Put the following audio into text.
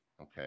Okay